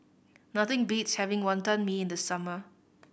nothing beats having Wonton Mee in the summer